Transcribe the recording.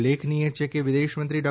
ઉલ્લેખનિય છે કે વિદેશમંત્રી ડૉ